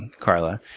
karla.